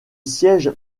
siège